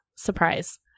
surprise